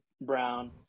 Brown